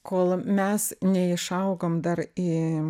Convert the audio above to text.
kol mes neišaugom dar į